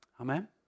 Amen